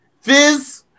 Fizz